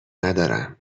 ندارم